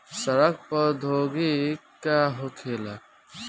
सड़न प्रधौगकी का होखे?